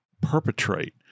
perpetrate